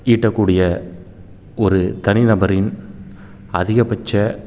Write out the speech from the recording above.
ஈட்டக்கூடிய ஒரு தனிநபரின் அதிகபட்ச